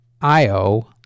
Io